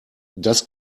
das